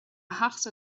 theachtaí